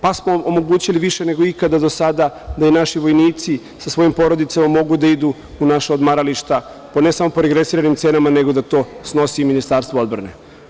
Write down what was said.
Pa smo omogućili više nego ikada do sada da i naši vojnici sa svojim porodicama mogu da idu u naša odmarališta i to ne samo po regresiranim cenama, nego to da to snosi Ministarstvo odbrane.